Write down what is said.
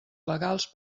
legals